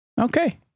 okay